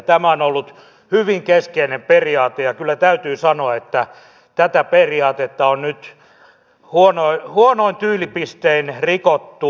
tämä on ollut hyvin keskeinen periaate ja kyllä täytyy sanoa että tätä periaatetta on huonoin tyylipistein rikottu